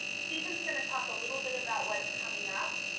stephen's going to talk a little bit about what's coming up.